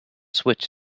switch